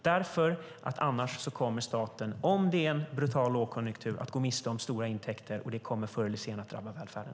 Om det är en brutal lågkonjunktur kommer annars staten att gå miste om stora intäkter. Det kommer förr eller senare att drabba välfärden.